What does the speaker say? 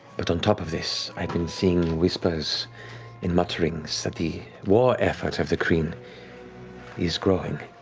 but on top of this, i've been seeing whispers and mutterings that the war effort of the kryn is growing.